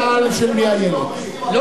סוף-סוף יש לך תועלת, אחמד טיבי.